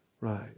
Right